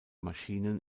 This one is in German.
maschinen